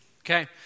okay